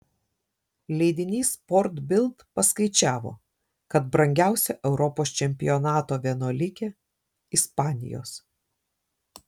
leidinys sport bild paskaičiavo kad brangiausia europos čempionato vienuolikė ispanijos